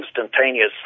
instantaneous